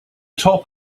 top